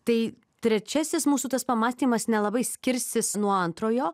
tai trečiasis mūsų tas pamąstymas nelabai skirsis nuo antrojo